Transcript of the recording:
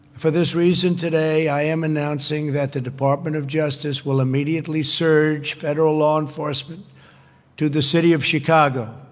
for this reason today i am announcing that the department of justice will immediately surge federal law enforcement to the city of chicago.